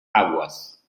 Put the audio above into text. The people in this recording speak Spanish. aguas